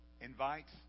invites